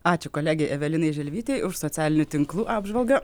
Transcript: ačiū kolegei evelinai žilvytei už socialinių tinklų apžvalgą